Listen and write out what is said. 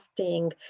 crafting